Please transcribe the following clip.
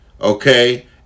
okay